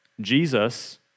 Jesus